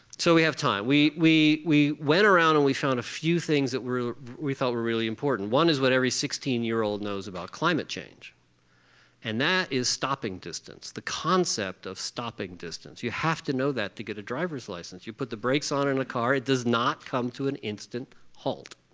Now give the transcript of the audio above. so we have time. we we went around and we found a few things that we thought were really important. one is what every sixteen year old knows about climate change and that is stopping distance, the concept of stopping distance. you have to know that to get a driver's license. you put the brakes on in a car, it does not come to an instant halt.